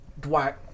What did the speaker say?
Dwight